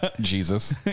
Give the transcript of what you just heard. Jesus